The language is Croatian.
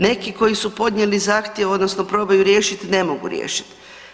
Neki koji su podnijeli zahtjev odnosno probaju riješiti, ne mogu riješiti.